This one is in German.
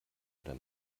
oder